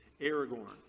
Aragorn